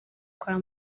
kwa